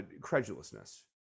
credulousness